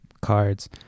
cards